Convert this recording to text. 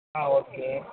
ஆ okay